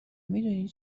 میدونی